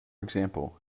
example